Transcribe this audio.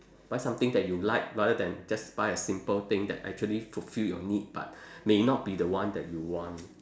buy something that you like rather than just buy a simple thing that actually fulfil your need but may not be the one that you want